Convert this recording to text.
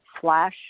flash